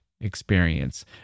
experience